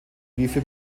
briefe